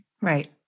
Right